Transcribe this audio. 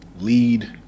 lead